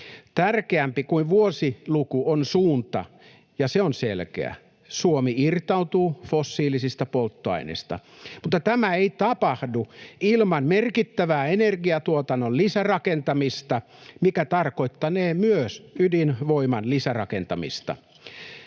Tärkeämpää kuin vuosiluku on suunta, ja se on selkeä: Suomi irtautuu fossiilisista polttoaineista. Mutta tämä ei tapahdu ilman merkittävää energiatuotannon lisärakentamista, mikä tarkoittanee myös ydinvoiman lisärakentamista.